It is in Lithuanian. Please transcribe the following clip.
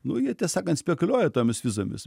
nu jie tiesą sakant spekuliuoja tomis vizomis